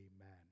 Amen